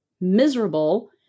miserable